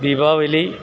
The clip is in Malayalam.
ദീപാവലി